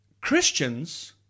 Christians